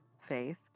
Faith